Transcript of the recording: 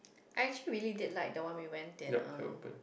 I actually really did like the one we went in um